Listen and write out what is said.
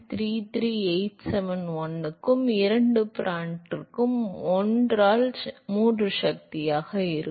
3387 1 க்கு 2 பிராண்ட் க்கு 1 ஆல் 3 சக்தியாக இருக்கும்